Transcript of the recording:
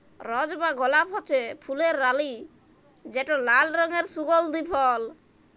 রজ বা গোলাপ হছে ফুলের রালি যেট লাল রঙের সুগল্ধি ফল